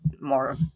more